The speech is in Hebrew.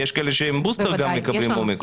כי יש כאלה שהם בוסטר, גם מקבלים אומיקרון.